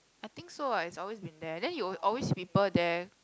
I think so ah it's always been there then you always people there